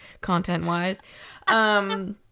content-wise